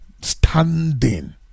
standing